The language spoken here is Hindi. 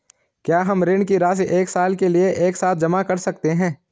क्या हम ऋण की राशि एक साल के लिए एक साथ जमा कर सकते हैं?